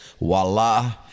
Voila